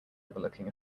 overlooking